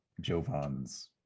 Jovan's